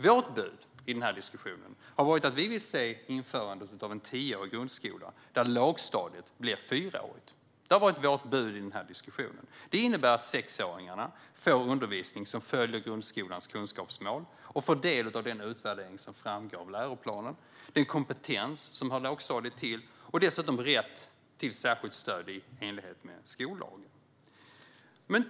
Vårt bud i den här diskussionen har varit att vi vill se införandet av en tioårig grundskola där lågstadiet blir fyraårigt. Det har varit vårt bud i den här diskussionen. Det innebär att sexåringar får den undervisning som följer grundskolans kunskapsmål och får del av den utvärdering som framgår av läroplanen, av den kompetens som hör lågstadiet till och dessutom rätt till särskilt stöd i enlighet med skollagen.